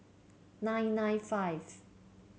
nine nine five